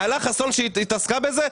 אילה חסון שהתעסקה בזה,